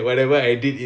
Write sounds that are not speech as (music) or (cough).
(laughs)